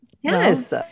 yes